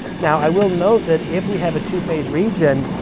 now i will note that if we have a two-phase region,